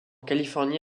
californie